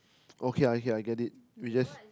okay ah okay I get it we just